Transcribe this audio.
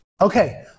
Okay